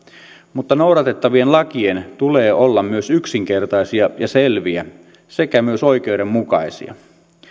mutta noudatettavien lakien tulee olla myös yksinkertaisia ja selviä sekä myös oikeudenmukaisia